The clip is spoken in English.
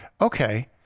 okay